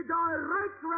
direct